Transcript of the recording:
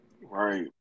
right